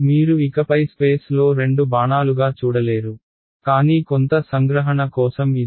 మీరు ఇకపై స్పేస్లో రెండు బాణాలుగా చూడలేరు కానీ కొంత సంగ్రహణ కోసం ఇది